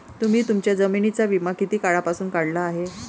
तुम्ही तुमच्या जमिनींचा विमा किती काळापासून काढला आहे?